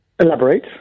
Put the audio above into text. Elaborate